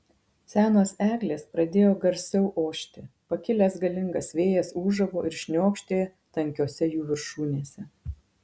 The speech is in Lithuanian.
senos eglės pradėjo garsiau ošti pakilęs galingas vėjas ūžavo ir šniokštė tankiose jų viršūnėse